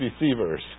receivers